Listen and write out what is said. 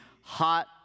hot